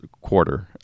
quarter